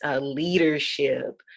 leadership